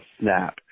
snap